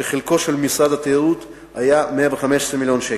וחלקו של משרד התיירות היה כ-115 מיליון שקל.